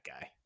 guy